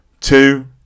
Two